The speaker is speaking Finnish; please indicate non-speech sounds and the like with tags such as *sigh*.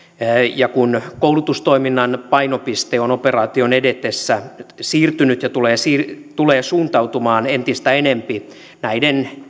ja kun koulutustoiminnan painopiste on operaation edetessä siirtynyt ja tulee suuntautumaan entistä enempi näiden *unintelligible*